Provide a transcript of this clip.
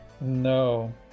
no